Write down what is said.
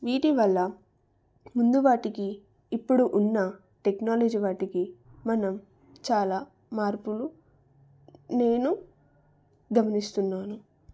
వీటివల్ల ముందు వాటికి ఇప్పుడు ఉన్న టెక్నాలజీ వాటికి మనం చాలా మార్పులు నేను గమనిస్తున్నాను